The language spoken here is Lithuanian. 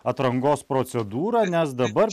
atrankos procedūrą nes dabar